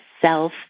Self